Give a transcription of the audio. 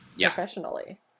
professionally